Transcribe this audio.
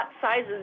sizes